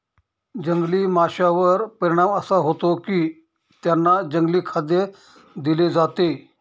जंगली माशांवर परिणाम असा होतो की त्यांना जंगली खाद्य दिले जाते